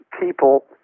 people